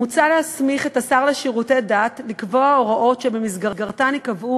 מוצע להסמיך את השר לשירותי דת לקבוע הוראות שבמסגרתן ייקבעו